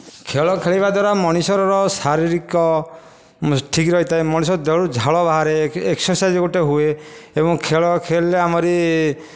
ଖେଳ ଖେଳିବା ଦ୍ଵାରା ମଣିଷର ଶାରୀରିକ ଠିକ୍ ରହିଥାଏ ମଣିଷ ଦେହରୁ ଝାଳ ବାହାରେ ଏକ୍ସର୍ସାଇଜ୍ ଗୋଟେ ହୁଏ ଏବଂ ଖେଳ ଖେଳିଲେ ଆମରି